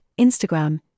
Instagram